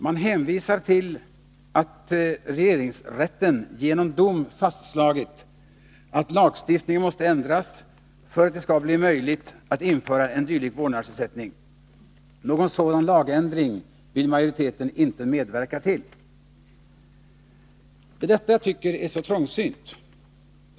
Man hänvisar till att regeringsrätten genom dom fastslagit att lagstiftningen måste ändras för att det skall bli möjligt att införa en dylik vårdnadsersättning. Någon sådan lagändring vill majoriteten inte medverka till. Det är detta jag tycker är så trångsynt.